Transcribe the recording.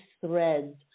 threads